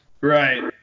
Right